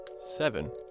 seven